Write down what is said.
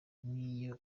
numva